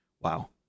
Wow